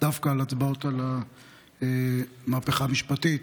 דווקא בהצבעות על המהפכה המשפטית,